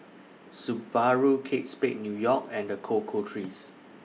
Subaru Kate Spade New York and The Cocoa Trees